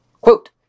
Quote